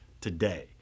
today